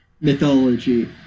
mythology